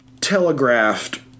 telegraphed